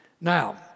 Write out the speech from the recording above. Now